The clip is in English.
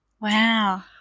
Wow